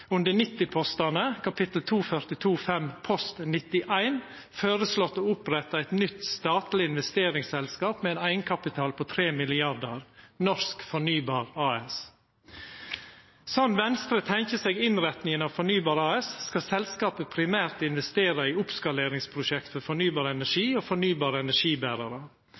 under 90-postane, kapittel 2425, post 91, føreslått å oppretta eit nytt statleg investeringsselskap med ein eigenkapital på 3 mrd. kr: Norsk Fornybar AS. Sånn som Venstre tenkjer seg innretninga av Fornybar AS, skal selskapet primært investera i oppskaleringsprosjekt for fornybar energi og fornybare energiberarar